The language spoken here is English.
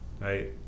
right